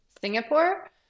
Singapore